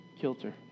kilter